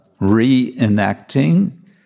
reenacting